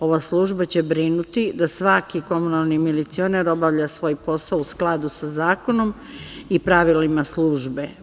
Ova služba će brinuti da svaki komunalni milicioner obavlja svoj posao u skladu sa zakonom i pravilima službe.